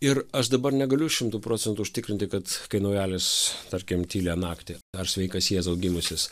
ir aš dabar negaliu šimtu procentų užtikrinti kad kai naujalis tarkim tylią naktį ar sveikas jėzau gimusis